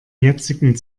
jetzigen